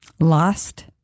Lost